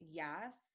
yes